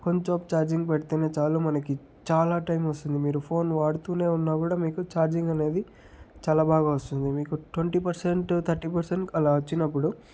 కొంచెం సేపు ఛార్జింగ్ పెడితే చాలు మనకు చాలా టైం వస్తుంది మీరు ఫోన్ వాడుతూనే ఉన్న కూడా మీకు ఛార్జింగ్ అనేది చాలా బాగా వస్తుంది మీకు ట్వంటీ పర్సెంట్ థర్టీ పర్సెంట్కి అలా వచ్చినప్పుడు